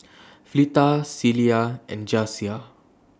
Fleta Celia and Jasiah